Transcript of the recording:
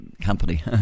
company